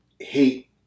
hate